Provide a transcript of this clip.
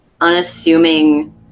unassuming